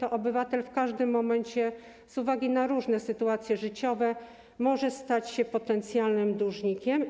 Obywatel w każdym momencie z uwagi na różne sytuacje życiowe może stać się potencjalnym dłużnikiem.